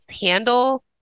handle